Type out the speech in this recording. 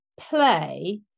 play